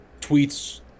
tweets